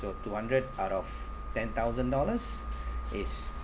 so two hundred out of ten thousand dollars is